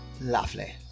Lovely